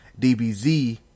DBZ